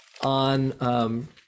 on